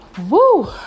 woo